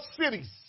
cities